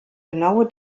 genaue